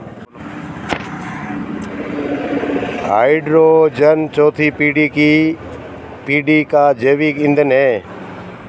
hydrogen चौथी पीढ़ी का जैविक ईंधन है